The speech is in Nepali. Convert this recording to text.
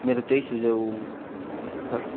मेरो त्यही सुझाउ छ